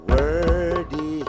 Worthy